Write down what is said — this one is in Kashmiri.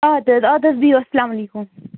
اَد حظ اَد حظ بِہِو اسلامُ علیکُم